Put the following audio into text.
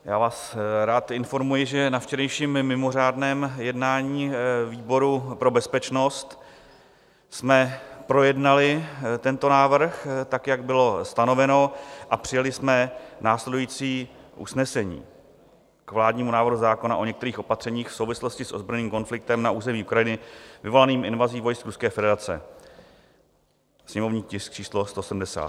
Já vás rád informuji, že na včerejším mimořádném jednání výboru pro bezpečnost jsme projednali tento návrh tak, jak bylo stanoveno, a přijali jsme následující usnesení k vládnímu návrhu zákona o některých opatřeních v souvislosti s ozbrojeným konfliktem na území Ukrajiny vyvolaným invazí vojsk Ruské federace, sněmovní tisk číslo 170.